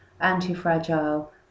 anti-fragile